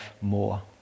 more